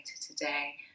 today